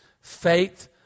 Faith